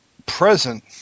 present